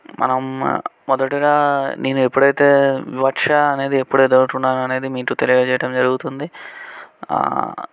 మనం మొదటిగా నేను ఎప్పుడైతే వివక్ష అనేది ఎప్పుడైతే ఎదురుకొన్నానో మీకు తెలియజేయడం జరుగుతుంది